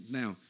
now